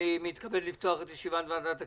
אני מתכבד לפתוח את ישיבת ועדת הכספים.